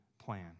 plan